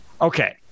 Okay